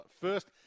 first